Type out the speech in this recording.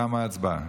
תמה ההצבעה.